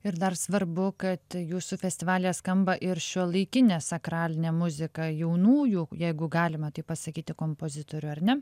ir dar svarbu kad jūsų festivalyje skamba ir šiuolaikinė sakralinė muzika jaunųjų jeigu galima taip pasakyti kompozitorių ar ne